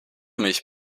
mich